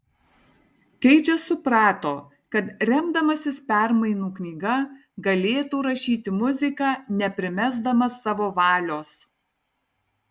keidžas suprato kad remdamasis permainų knyga galėtų rašyti muziką neprimesdamas savo valios